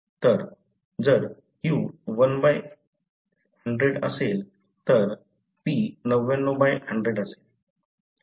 तर जर q 1 by 100 असेल तर p 99 बाय 100 असेल